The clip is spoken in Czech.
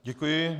Děkuji.